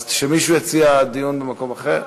אז שמישהו יציע דיון במקום אחר.